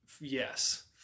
Yes